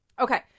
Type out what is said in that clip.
Okay